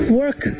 work